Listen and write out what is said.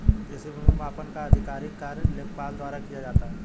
कृषि भूमि मापन का आधिकारिक कार्य लेखपाल द्वारा किया जाता है